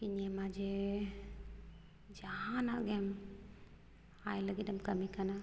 ᱤᱧ ᱮᱢᱟ ᱡᱮ ᱡᱟᱦᱟᱱᱟᱜ ᱜᱮᱢ ᱟᱭ ᱞᱟᱹᱜᱤᱫ ᱮᱢ ᱠᱟᱹᱢᱤ ᱠᱟᱱᱟ